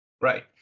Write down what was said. Right